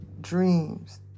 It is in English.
dreams